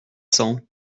cents